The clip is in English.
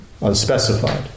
unspecified